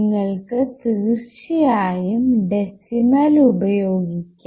നിങ്ങൾക്ക് തീർച്ചയായും ഡെസിമൽ ഉപയോഗിക്കാം